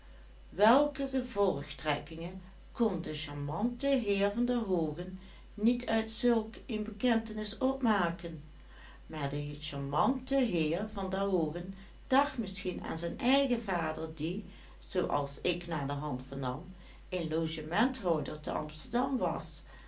welke gevolgtrekkingen kon de charmante heer van der hoogen niet uit zulk een bekentenis opmaken maar de charmante heer van der hoogen dacht misschien aan zijn eigen vader die zoo als ik naderhand vernam een logementhouder te amsterdam was